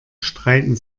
streiten